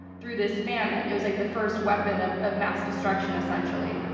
through this famine. it was like the first weapon of of mass destruction, essentially,